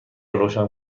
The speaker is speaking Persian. روشن